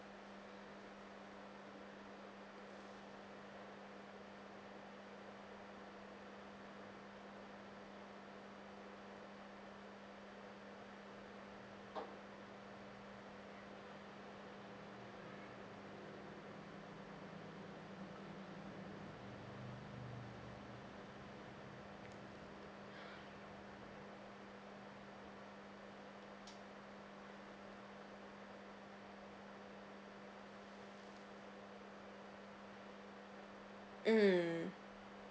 mm